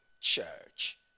Church